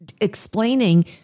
explaining